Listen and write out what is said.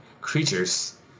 creatures